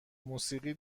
موسیقی